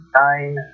nine